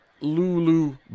lulu